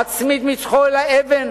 מצמיד מצחו על האבן